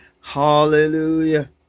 hallelujah